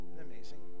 Amazing